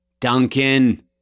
Duncan